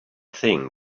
thing